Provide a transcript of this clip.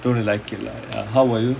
don't really like it lah how about you